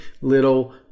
little